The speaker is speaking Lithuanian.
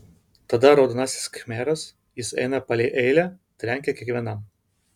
tada raudonasis khmeras jis eina palei eilę trenkia kiekvienam